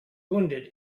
wounded